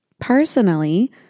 Personally